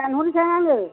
दानहरनोसै आङो